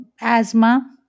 asthma